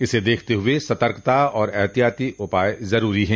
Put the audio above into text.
इसे देखते हुए सतर्कता और एहतियाती उपाय जरूरी हैं